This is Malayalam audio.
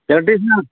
ഇലക്ട്രീഷ്യൻ ആണോ